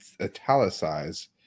italicized